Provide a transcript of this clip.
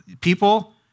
people